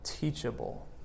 Teachable